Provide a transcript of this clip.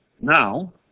now